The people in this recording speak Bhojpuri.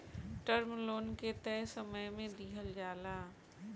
टर्म लोन के तय समय में दिहल जाला